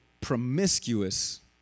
promiscuous